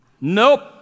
Nope